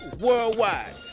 worldwide